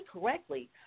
correctly